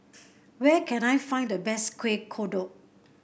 where can I find the best Kuih Kodok